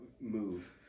move